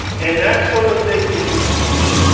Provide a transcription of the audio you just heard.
and that's so that they can defeat